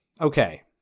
Okay